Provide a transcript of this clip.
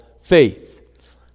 faith